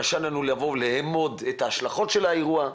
קשה לנו לבוא ולעמוד את ההשלכות של האירוע.